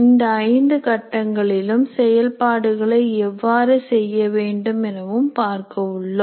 இந்த ஐந்து கட்டங்களிலும் செயல்பாடுகளை எவ்வாறு செய்ய வேண்டும் எனவும் பார்க்க உள்ளோம்